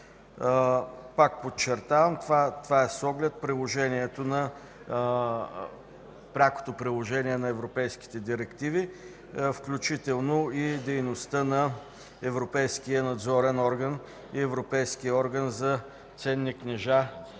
Пак подчертавам, че това е с оглед прякото приложение на европейските директиви, включително и дейността на европейския надзорен орган и европейския орган за ценни книжа